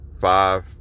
five